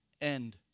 end